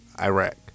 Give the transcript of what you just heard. Iraq